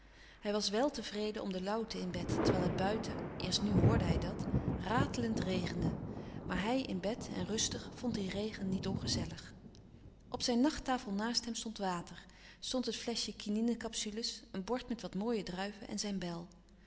hij was wèl te vreden om de lauwte in bed terwijl het buiten eerst nu hoorde hij dat ratelend regende maar hij in bed en rustig vond dien regen niet ongezellig op zijn nachttafel naast hem stond water stond het fleschje quinine capsules een bord met wat mooie druiven en zijn bel